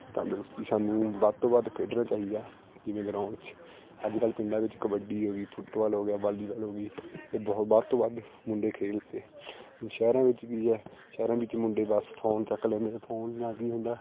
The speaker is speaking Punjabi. ਤੰਦਰੁਸਤੀ ਸਾਨੂੰ ਵੱਧ ਤੋਂ ਵੱਧ ਖੇਡਣਾ ਚਾਹੀਦਾ ਜਿਵੇਂ ਗਰਾਊਂਡ 'ਚ ਅੱਜ ਕੱਲ੍ਹ ਪਿੰਡਾਂ ਵਿੱਚ ਕਬੱਡੀ ਹੋਗੀ ਫੁੱਟਬਾਲ ਹੋ ਗਿਆ ਵਾਲੀਬਾਲ ਹੋ ਗਈ ਇਹ ਬਹੁਤ ਵੱਧ ਤੋਂ ਵੱਧ ਮੁੰਡੇ ਖੇਲਦੇ ਸ਼ਹਿਰਾਂ ਵਿੱਚ ਕੀ ਹੈ ਸ਼ਹਿਰਾਂ ਵਿੱਚ ਮੁੰਡੇ ਬਸ ਫੋਨ ਚੱਕ ਲੈਂਦੇ ਆ ਫੋਨ ਨਾਲ ਕੀ ਹੁੰਦਾ